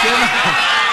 איתן, תודה.